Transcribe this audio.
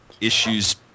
issues